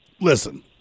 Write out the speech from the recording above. listen